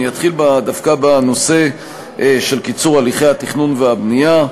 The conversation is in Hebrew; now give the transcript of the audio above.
אני אתחיל דווקא בנושא של קיצור הליכי התכנון והבנייה.